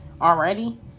already